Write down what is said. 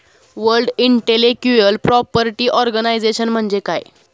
World intellectual property organization म्हणजे काय?